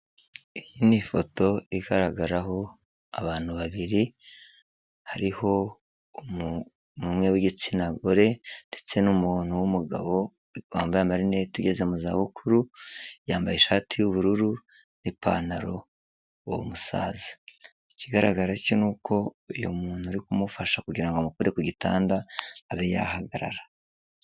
Iyi ni ifoto igaragaraho abantu babiri, hariho umwe w'igitsina gore ndetse n'umuntu w'umugabo wambaye amarinete ugeze mu zabukuru, yambaye ishati y'ubururu n'ipantaro, uwo musaza ikigaragara cyo ni uko uyu muntu uri kumufasha kugira ngo amukore ku gitanda abe yahagarara.